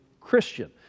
Christian